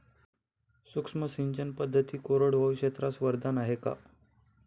सूक्ष्म सिंचन पद्धती कोरडवाहू क्षेत्रास वरदान आहे का?